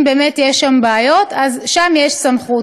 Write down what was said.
אם באמת יש שם בעיות, אז שם יש סמכות.